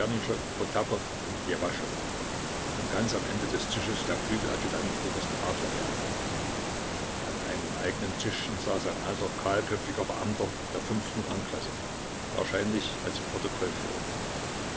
und ganz am ende des tisches der flügeladjutant oberst adlerberg an einem eignen tischchen saß ein alter kahlköpfiger beamter der fünften rangklasse wahrscheinlich als